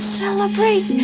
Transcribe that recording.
celebrate